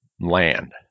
land